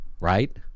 Right